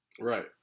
right